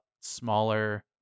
smaller